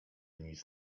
nic